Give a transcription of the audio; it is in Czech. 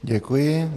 Děkuji.